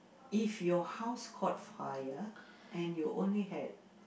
if your house caught fire and you only had